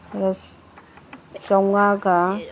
ꯔꯁ ꯆꯧꯉꯥꯒ